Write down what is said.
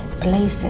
places